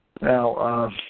Now